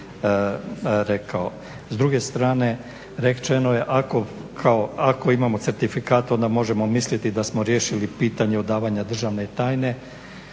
S druge strane, rečeno je ako imamo certifikat onda možemo misliti da smo riješili pitanje odavanja državne tajne.